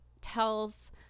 tells